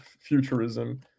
futurism